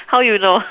how you know